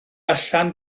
allan